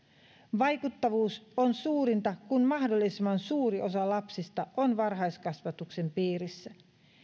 vaikuttavuus on suurinta kun mahdollisimman suuri osa lapsista on varhaiskasvatuksen piirissä